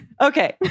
okay